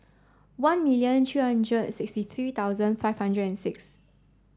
one million three hundred sixty three thousand five hundred and six